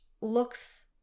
looks